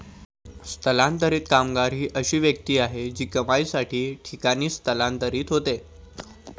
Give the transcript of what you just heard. स्थलांतरित कामगार ही अशी व्यक्ती आहे जी कमाईसाठी ठिकाणी स्थलांतरित होते